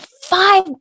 five